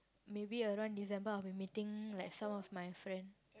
maybe around December I'll be meeting some of my friend